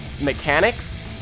mechanics